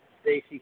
Stacey